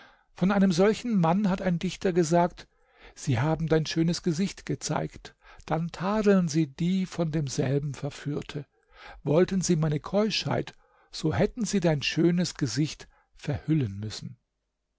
von einem solche mann hat ein dichter gesagt sie haben dein schönes gesicht gezeigt dann tadeln sie die von demselben verführte wollten sie meine keuschheit so hätten sie dein schönes gesicht verhüllen müssen